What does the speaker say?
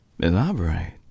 Elaborate